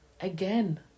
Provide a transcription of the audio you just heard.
again